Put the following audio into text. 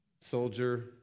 soldier